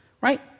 Right